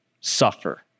suffer